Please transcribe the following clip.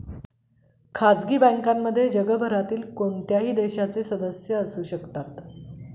सार्वत्रिक बँक्समध्ये जगभरातील कोणत्याही देशाचे सदस्य असू शकतात